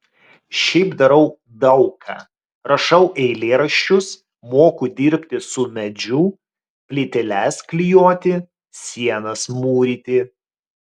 šiaip darau daug ką rašau eilėraščius moku dirbti su medžiu plyteles klijuoti sienas mūryti